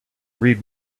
read